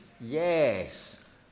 yes